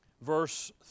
verse